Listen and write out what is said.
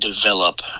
develop